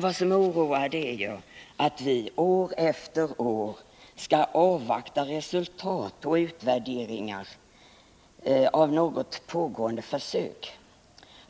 Vad som oroar är att vi år efter år skall behöva avvakta resultat och utvärderingar av något pågående försök